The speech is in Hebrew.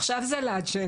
עכשיו זה לאג'נדה.